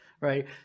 right